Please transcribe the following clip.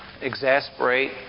exasperate